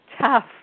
tough